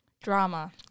Drama